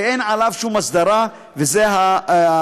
ואין עליו שום אסדרה, וזה ההוברבורד.